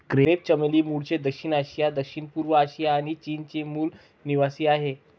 crepe चमेली मूळचे दक्षिण आशिया, दक्षिणपूर्व आशिया आणि चीनचे मूल निवासीआहे